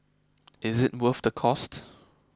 is it worth the cost